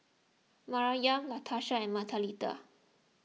Maryam Latasha and Mathilde